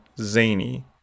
zany